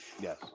Yes